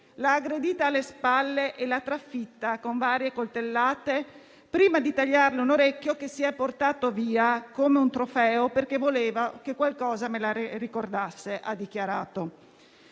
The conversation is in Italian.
L'ha aggredita alle spalle e l'ha trafitta con varie coltellate prima di tagliarle un orecchio, che si è portato via come un trofeo. Volevo qualcosa che me la ricordasse, ha dichiarato